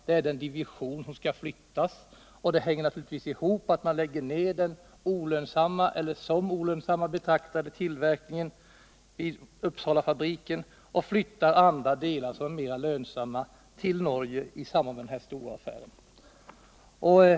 Det är den divisionen som skall flyttas, och det hänger naturligtvis ihop med att man lägger ned den som olönsam betraktade tillverkningen vid Uppsalafabriken och flyttar andra delar, som är mer lönsamma, till Norge i samband med den här stora affären.